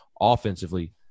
offensively